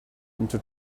into